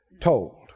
told